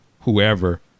whoever